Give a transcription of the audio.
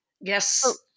Yes